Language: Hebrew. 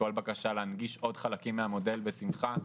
כל בקשה להנגיש עוד חלקים מהמודל נקבל בשמחה,